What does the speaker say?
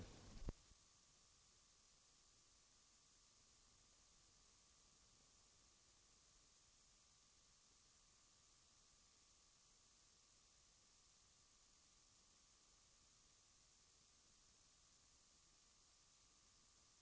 Upplys också om att ett ovarsamt eller förargelseväckande handhavande av såväl fyrverkeripjäser som pyrotekniska leksaker kan medföra straff. Låt oss alla medverka till ett olycksfritt helgfirande!